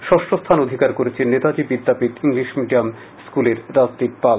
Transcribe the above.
ষষ্ঠ স্থান অধিকার করেছে Netaji Vidyapith English medium H S স্কুলের রাজদীপ পাল